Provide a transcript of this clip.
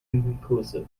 inconclusive